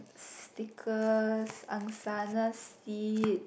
because Angsana sit